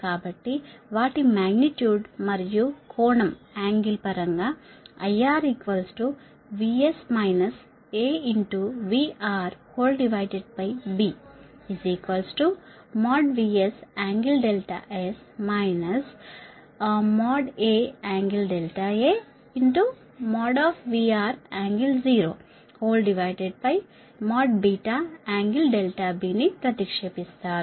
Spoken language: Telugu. కాబట్టి వాటి మాగ్నిట్యూడ్ మరియు కోణం పరంగా IR VS AVRBVSㄥS AㄥAVRㄥ0BㄥB ను ప్రతిక్షేపిస్తారు